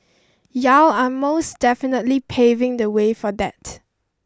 y'all are most definitely paving the way for that